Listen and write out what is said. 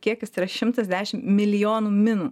kiekis tai yra šimtas dešim milijonų minų